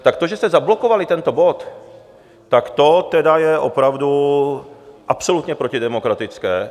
Tak to, že jste zablokovali tento bod, tak to tedy je opravdu absolutně protidemokratické.